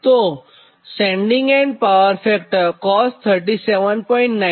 તો sending end power factor COS 37